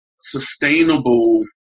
sustainable